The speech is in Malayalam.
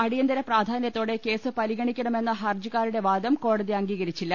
അടിയന്തര പ്രാധാന്യത്തോടെ കേസ് പരി ഗണിക്കണമെന്ന ഹർജിക്കാരുടെ വാദം കോടതി അംഗീകരിച്ചില്ല